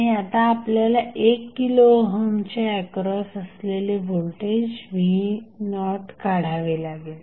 आणि आता आपल्याला 1 किलो ओहमच्या एक्रॉस असलेले व्होल्टेज v0काढावे लागेल